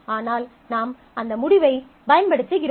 ஆனால் நாம் அந்த முடிவை பயன்படுத்துகிறோம்